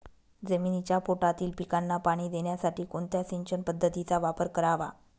जमिनीच्या पोटातील पिकांना पाणी देण्यासाठी कोणत्या सिंचन पद्धतीचा वापर करावा?